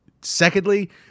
Secondly